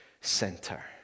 center